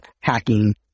hacking